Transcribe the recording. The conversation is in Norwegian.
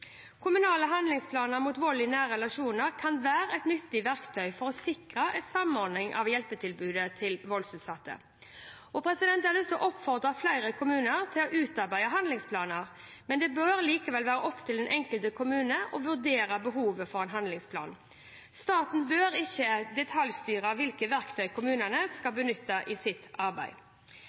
Kommunale handlingsplaner mot vold i nære relasjoner kan være et nyttig verktøy for å sikre et samordnet hjelpetilbud til voldsutsatte. Jeg vil oppfordre flere kommuner til å utarbeide handlingsplaner, men det bør likevel være opp til den enkelte kommune å vurdere behovet for en handlingsplan. Staten bør ikke detaljstyre hvilke verktøy kommunene skal benytte i sitt arbeid.